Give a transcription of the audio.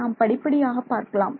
நாம் படிப்படியாக பார்க்கலாம்